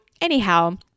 anyhow